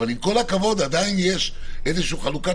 אבל עם כל הכבוד עדיין יש איזושהי חלוקת